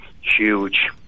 huge